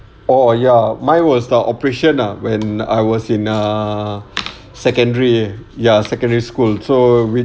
oh ya mine was ah operation ah when I was in uh secondary ya secondary school so which